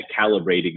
calibrating